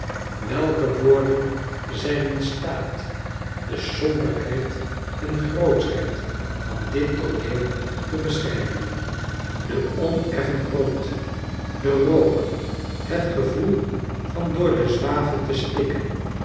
welke woorden zyn in staat de somberheid en grootschheid van dit tooneel te beschrijven de oneffen grond de rook het gevoel van door den zwavel te stikken